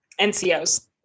NCOs